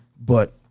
But-